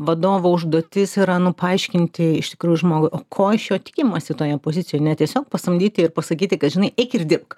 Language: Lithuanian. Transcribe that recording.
vadovo užduotis yra nu paaiškinti iš tikrųjų žmogui o ko iš jo tikimasi toje pozicijoj ne tiesiog pasamdyti ir pasakyti kad žinai eik ir dirbk